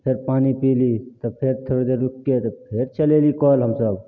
तऽ फेर पानि पिली तऽ फेर थोड़े देर रुकिके फेर चलैली कल हमसब